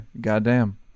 goddamn